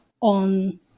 on